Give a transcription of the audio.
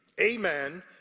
Amen